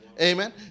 Amen